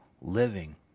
living